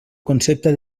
concepte